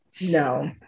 No